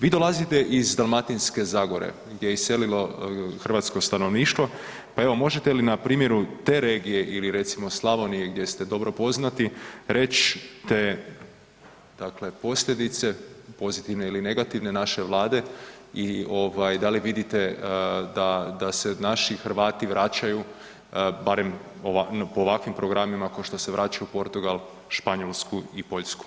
Vi dolazite iz Dalmatinske zagore gdje je iselilo hrvatsko stanovništvo, pa evo možete li na primjeru te regije ili recimo, Slavonije, gdje ste dobro poznati, reći te dakle posljedice, pozitivne ili negativne, naše Vlade i ovaj, da li vidite da se naši Hrvati vraćaju, barem ova, po ovakvim programima, kao što se vraćaju u Portugal, Španjolsku i Poljsku.